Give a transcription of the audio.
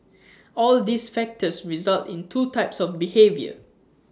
all these factors result in two types of behaviour